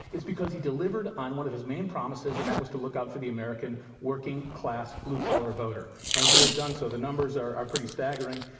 it's because he delivered on one of his main promises, and that was to look out for the american working class, blue-collar voter. and he has done so. the numbers are pretty staggering.